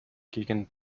gegen